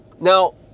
now